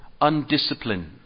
undisciplined